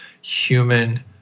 human